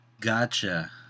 Gotcha